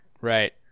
Right